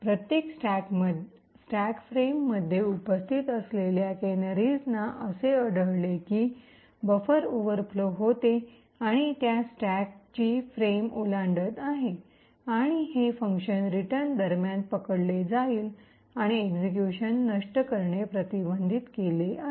प्रत्येक स्टॅक फ्रेममध्ये उपस्थित असलेल्या कॅनरीजना असे आढळले की बफर ओव्हरफ्लो होते आणि त्या स्टॅकची फ्रेम ओलांडत आहे आणि हे फंक्शन रिटर्न दरम्यान पकडले जाईल आणि एक्सिक्यूशन नष्ट करणे प्रतिबंधित केले आहे